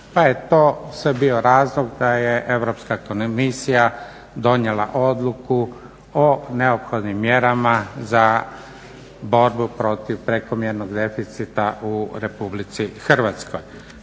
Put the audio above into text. pa je to sve bio razlog da je Europska komisija donijela odluku o neophodnim mjerama za borbu protiv prekomjernog deficita u Republici Hrvatskoj.